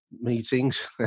meetings